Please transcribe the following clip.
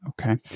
Okay